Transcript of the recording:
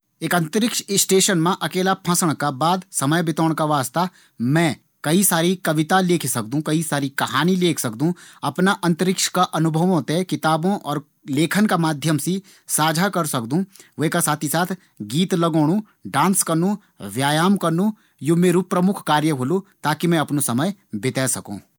एक अंतरिक्ष स्टेशन मा अकेला फंसणा का बाद, समय बितोण का वास्ता मैं कई सारी कविता लिख सकदु, कई सारी कहानियाँ लिख सकदु। अपना अंतरिक्ष का अनुभवों थें किताबों और लेखन का माध्यम से साझा कर सकदु। ये का साथ गीत लगोणु, डांस करनू और व्यायाम करनू मेरु प्रमुख कार्य होलू। ताकी मैं अपणु समय बिते सकू।